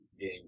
game